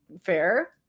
fair